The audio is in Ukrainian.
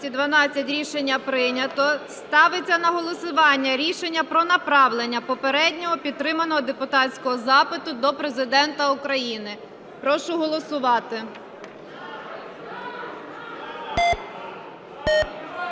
Рішення прийнято. Ставиться на голосування рішення про направлення попереднього підтриманого депутатського запиту до Президента України. Прошу голосувати.